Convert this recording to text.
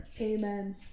Amen